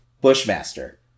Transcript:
Bushmaster